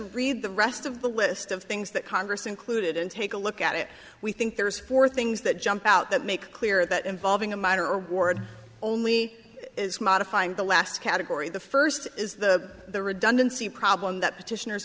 read the rest of the list of things that congress included and take a look at it we think there's four things that jump out that make clear that involving a minor award only as modifying the last category the first is the redundancy problem that petitioners